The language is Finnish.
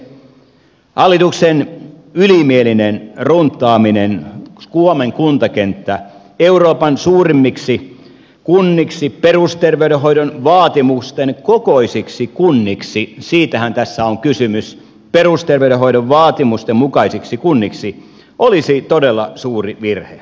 hallituksen ylimielinen suomen kuntakentän runttaaminen euroopan suurimmiksi kunniksi perusterveydenhoidon vaatimusten kokoisiksi kunniksi siitähän tässä on kysymys perusterveydenhoidon vaatimusten mukaisiksi kunniksi olisi todella suuri virhe